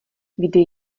kdy